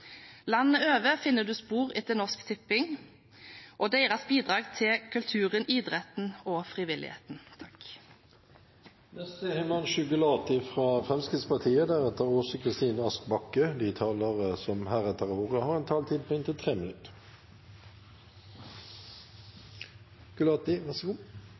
Landet over finner man spor etter Norsk Tipping og deres bidrag til kulturen, idretten og frivilligheten. De siste tiårene har